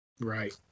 Right